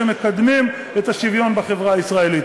שמקדמים את השוויון בחברה הישראלית.